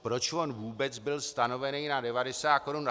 Proč on vůbec byl stanoven na 90 korun?